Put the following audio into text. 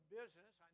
business